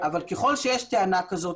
ככל שיש טענה כזאת,